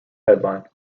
headline